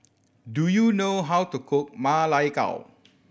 do you know how to cook Ma Lai Gao